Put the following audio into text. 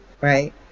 right